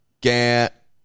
Get